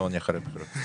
ואנחנו נעביר אותה לוועדה.